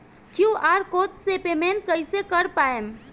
QR code से payment कईसे कर पाएम?